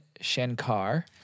Shankar